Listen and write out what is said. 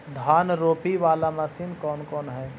धान रोपी बाला मशिन कौन कौन है?